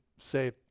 say